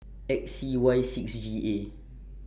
X C Y six G A